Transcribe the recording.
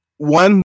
One